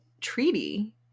treaty